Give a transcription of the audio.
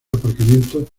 aparcamiento